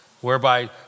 whereby